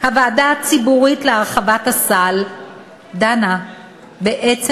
הוועדה הציבורית להרחבת הסל דנה בעצם